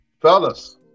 Fellas